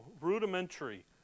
rudimentary